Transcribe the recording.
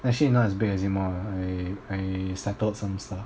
actually not as big anymore ah I I settled some stuff